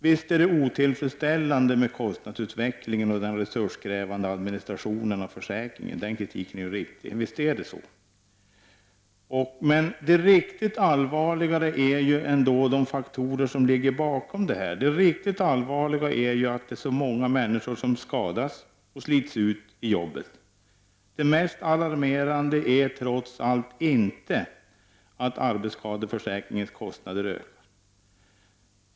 Visst är kostnadsutvecklingen och den resurskrävande administrationen av försäkringen otillfredsställande. Den kritiken är riktig. Visst är det så. Men det riktigt allvarliga är de faktorer som ligger bakom detta, att det är så många människor som skadas och slits ut i jobbet. Det mest alarmerande är trots allt inte att arbetsskadeförsäkringens kostnader ökar.